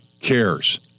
cares